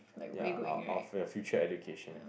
ya of of your future education